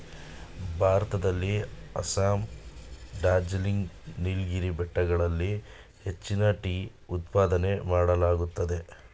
ಭಾರತದಲ್ಲಿ ಅಸ್ಸಾಂ, ಡಾರ್ಜಿಲಿಂಗ್, ನೀಲಗಿರಿ ಬೆಟ್ಟಗಳಲ್ಲಿ ಹೆಚ್ಚಿನ ಟೀ ಉತ್ಪಾದನೆ ಮಾಡಲಾಗುತ್ತದೆ